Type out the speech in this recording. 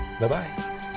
Bye-bye